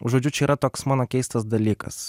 žodžiu čia yra toks mano keistas dalykas